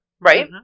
Right